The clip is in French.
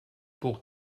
pour